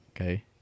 Okay